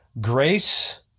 grace